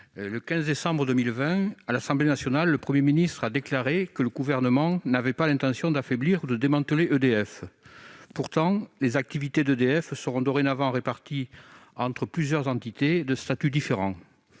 le 15 décembre 2020, à l'Assemblée nationale, le Premier ministre a déclaré que le Gouvernement n'avait pas l'intention d'affaiblir ou de démanteler EDF. Pourtant, les activités d'EDF seront dorénavant réparties entre plusieurs entités de statuts différents.